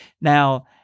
now